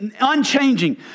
unchanging